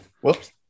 Whoops